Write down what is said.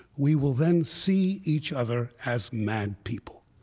we will then see each other as mad people.